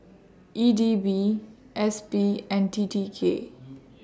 E D B S P and T T K